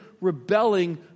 rebelling